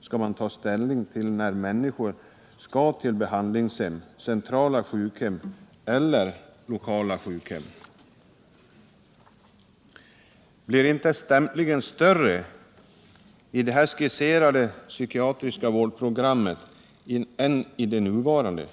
skall ta ställning till om människor skall tas in på behandlingshem, centrala sjukhem eller lokala sjukhem, och när och hur skall det ske? Blir inte utstämplingen större i det här skisserade psykiatriska vårdprogrammet än i det nuvarande?